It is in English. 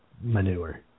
manure